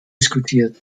diskutiert